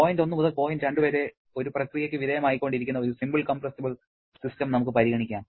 point 1 മുതൽ point 2 വരെ ഒരു പ്രക്രിയയ്ക്ക് വിധേയമായിക്കൊണ്ടിരിക്കുന്ന ഒരു സിമ്പിൾ കംപ്രസ്സബിൾ സിസ്റ്റം നമുക്ക് പരിഗണിക്കാം